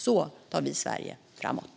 Så tar vi Sverige framåt.